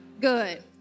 Good